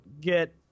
get